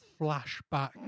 flashback